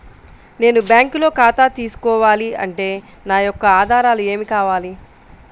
నేను బ్యాంకులో ఖాతా తీసుకోవాలి అంటే నా యొక్క ఆధారాలు ఏమి కావాలి?